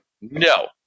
no